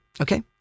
Okay